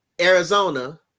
Arizona